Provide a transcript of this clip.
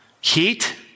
heat